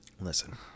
listen